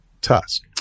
Tusk